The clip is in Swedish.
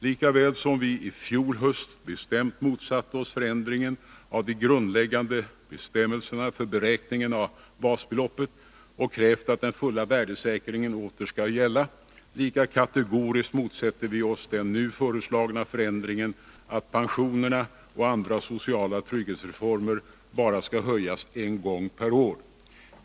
Lika väl som vi i fjol höst bestämt motsatt oss förändringen av de grundläggande bestämmelserna för beräkningen av basbeloppet och krävt att den fulla värdesäkringen åter skall gälla, lika kategoriskt motsätter vi oss den nu föreslagna förändringen att man bara en Nr 49 gång per år skall höja pensionerna och förbättra andra sociala trygghetsre Torsdagen den former.